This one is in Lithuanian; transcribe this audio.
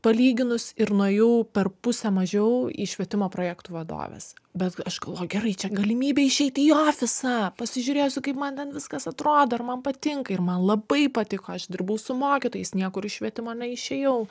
palyginus ir nuėjau per pusę mažiau į švietimo projektų vadoves bet aš galvoju gerai čia galimybė išeiti į ofisą pasižiūrėsiu kaip man ten viskas atrodo ar man patinka ir man labai patiko aš dirbau su mokytojais niekur iš švietimo neišėjau